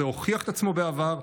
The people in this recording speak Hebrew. זה הוכיח את עצמו בעבר.